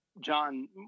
John